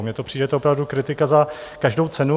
Mně to přijde opravdu kritika za každou cenu.